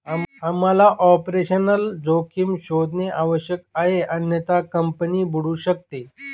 आम्हाला ऑपरेशनल जोखीम शोधणे आवश्यक आहे अन्यथा कंपनी बुडू शकते